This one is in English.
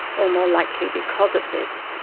or more likely because of this,